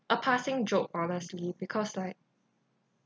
a passing joke honestly because like